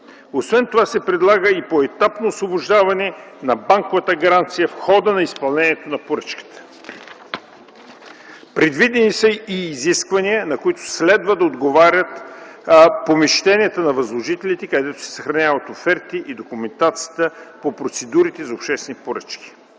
Освен това се предлага и поетапно освобождаване на банковата гаранция в хода на изпълнението на поръчката. Предвидени са и изисквания, на които следва да отговарят помещенията на възложителите, където се съхраняват офертите и документацията по процедурите за обществени поръчки.